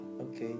okay